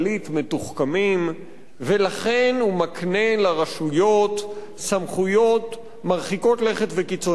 מתוחכמים ולכן הוא מקנה לרשויות סמכויות מרחיקות לכת וקיצוניות,